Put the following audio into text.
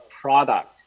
product